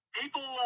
people